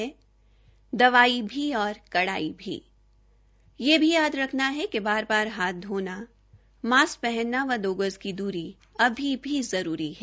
दवाई भी और कड़ाई भी यह भी याद रखना है कि बार बार हाथ धोना मास्क पहनना व दो गज की दूरी अभी भी जरूरी है